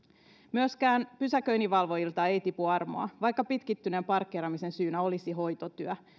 myöskään pysäköinninvalvojilta ei tipu armoa vaikka pitkittyneen parkkeeraamisen syynä olisi hoitotyö